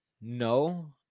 no